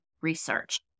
research